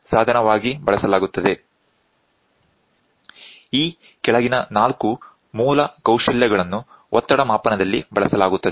ಈ ಕೆಳಗಿನ ನಾಲ್ಕು ಮೂಲ ಕೌಶಲ್ಯಗಳನ್ನುskill's ಒತ್ತಡ ಮಾಪನದಲ್ಲಿ ಬಳಸಲಾಗುತ್ತದೆ